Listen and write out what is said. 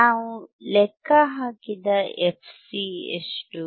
ನಾವು ಲೆಕ್ಕ ಹಾಕಿದ fc ಎಷ್ಟು